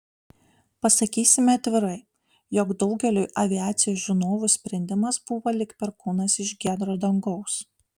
pasakysime atvirai jog daugeliui aviacijos žinovų sprendimas buvo lyg perkūnas iš giedro dangaus